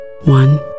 One